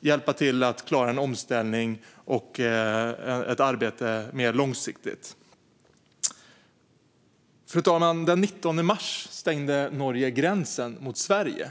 hjälpa till i det mer långsiktiga omställningsarbetet. Fru talman! Den 19 mars stängde Norge gränsen mot Sverige.